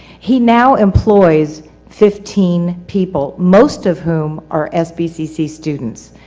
he now employs fifteen people, most of whom are sbcc students.